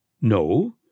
No